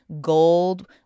gold